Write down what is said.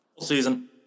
Season